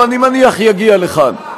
הוא, אני מניח, יגיע לכאן.